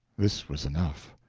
this was enough.